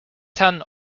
ten